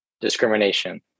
discrimination